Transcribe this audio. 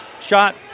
shot